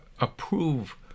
approve